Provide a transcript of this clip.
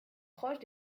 proches